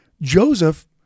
Joseph